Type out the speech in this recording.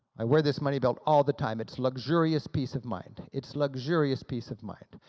i wear this money belt all the time, its luxurious peace of mind, it's luxurious peace of mind.